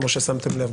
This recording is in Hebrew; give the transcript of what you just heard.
כמו ששמתם לב,